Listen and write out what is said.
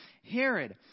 Herod